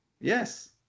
Yes